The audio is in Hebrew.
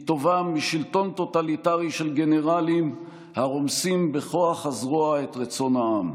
היא טובה משלטון טוטליטרי של גנרלים הרומסים בכוח הזרוע את רצון העם,